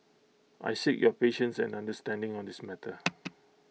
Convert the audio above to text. I seek your patience and understanding on this matter